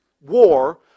war